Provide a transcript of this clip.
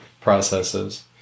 processes